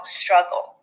struggle